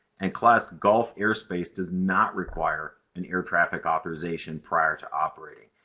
and class golf airspace does not require an air traffic authorization prior to operating.